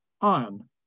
iron